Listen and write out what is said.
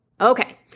Okay